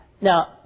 Now